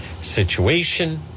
situation